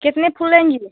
कितने फूल लेंगी